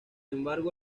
embargo